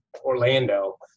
Orlando